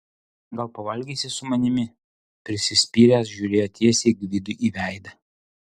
gal pavalgysi su manimi prisispyręs žiūrėjo tiesiai gvidui į veidą